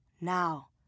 Now